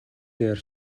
даяар